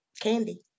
Candy